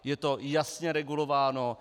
Je to jasně regulováno.